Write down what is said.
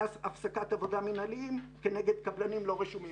הפסקת עבודה מנהליים כנגד קבלנים לא רשומים.